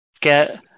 get